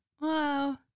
wow